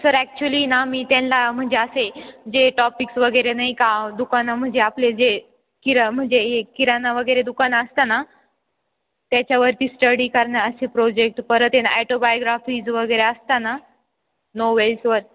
sir actually ना मी त्यांना म्हणजे असे जे टॉपिक्स वगैरे नाही का दुकानं म्हणजे आपले जे किरा म्हणजे हे किराणा वगैरे दुकानं असतात ना त्याच्यावरती स्टडी करणं असे प्रोजेक्ट परत आहे ना ॲटोबायोग्राफीज वगैरे असते ना नोवेल्सवर